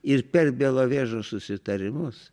ir per belovežo susitarimus